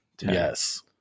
Yes